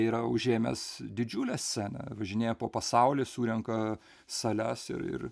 yra užėmęs didžiulę sceną važinėja po pasaulį surenka sales ir ir